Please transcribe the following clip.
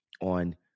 on